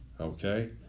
Okay